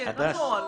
כן, הנוהל.